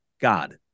God